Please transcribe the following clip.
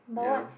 ya